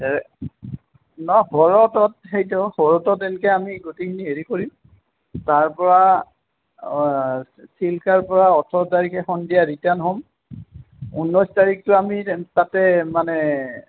সেইটো শৰতত এনেকৈ আমি গোটেইখিনি হেৰি কৰিম তাৰপৰা চিল্কাৰ পৰা ওঠৰ তাৰিখে সন্ধিয়া ৰিটাৰ্ণ হ'ম ঊনৈছ তাৰিখটো আমি তাতে মানে